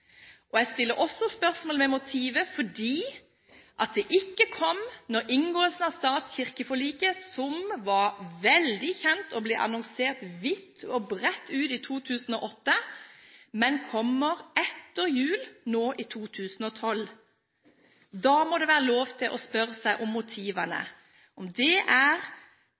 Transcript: Jeg setter også spørsmålstegn ved motivet, fordi dette kom ikke ved inngåelsen av stat–kirke-forliket, som var veldig kjent og som ble annonsert vidt og bredt i 2008, men kom nå etter jul i 2012. Da må det være lov til å spørre seg om motivet, og om det